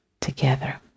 Together